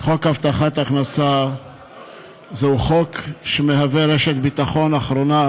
חוק הבטחת הכנסה זה חוק שמהווה רשת ביטחון אחרונה